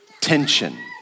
tension